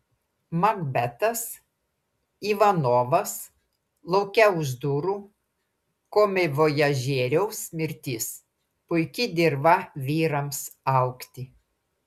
makbetas ivanovas lauke už durų komivojažieriaus mirtis puiki dirva vyrams augti